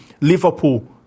Liverpool